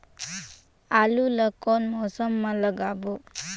आलू ला कोन मौसम मा लगाबो?